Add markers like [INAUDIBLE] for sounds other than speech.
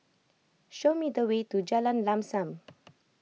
show me the way to Jalan Lam Sam [NOISE]